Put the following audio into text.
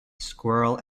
squirrel